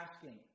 asking